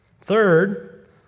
Third